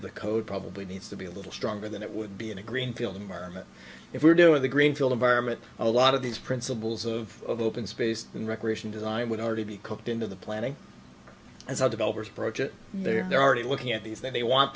of the code probably needs to be a little stronger than it would be in a greenfield environment if we're doing the greenfield environment a lot of these principles of open space and recreation design would already be cooked into the planning as our developers approach it they're already looking at these they want